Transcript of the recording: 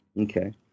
Okay